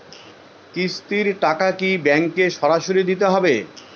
কিস্তির টাকা কি ব্যাঙ্কে সরাসরি দিতে হবে?